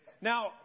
Now